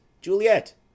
Juliet